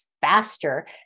faster